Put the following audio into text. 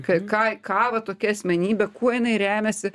ka ką ką va tokia asmenybė kuo jinai remiasi